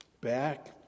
back